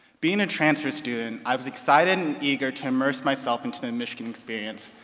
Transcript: being a transfer student, i was excited and eager to immerse myself into the and michigan experience,